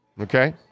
Okay